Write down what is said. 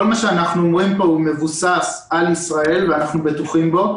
כל מה שאנחנו אומרים פה מבוסס על ישראל ואנחנו בטוחים בו.